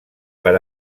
per